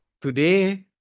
Today